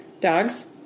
Dogs